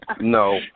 No